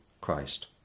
Christ